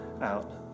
out